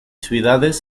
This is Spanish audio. ciudades